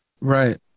Right